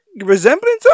resemblance